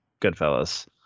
Goodfellas